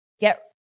get